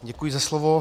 Děkuji za slovo.